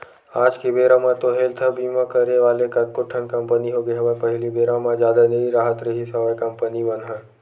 आज के बेरा म तो हेल्थ बीमा करे वाले कतको ठन कंपनी होगे हवय पहिली बेरा म जादा नई राहत रिहिस हवय कंपनी मन ह